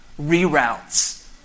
reroutes